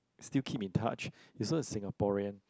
still keep in touch is also a Singaporean